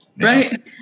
Right